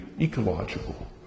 ecological